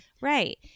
right